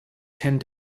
tend